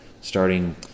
starting